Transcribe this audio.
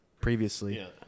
previously